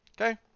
Okay